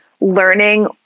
learning